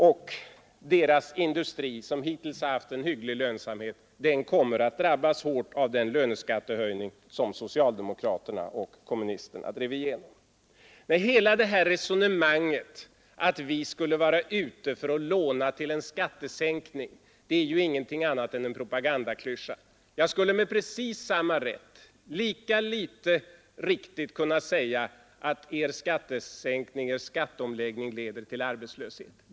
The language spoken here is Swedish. Och deras industri, som hittills haft en hygglig lönsamhet, kommer att drabbas hårt av den löneskattehöjning som socialdemokraterna och kommunisterna drev igenom. Nej, hela det här resonemanget att vi skulle vara ute för att låna till en skattesänkning är ingenting annat än en propagandaklyscha. Jag skulle med precis samma rätt kunna säga — och det skulle vara lika litet riktigt — att er skatteomläggning leder till arbetslöshet.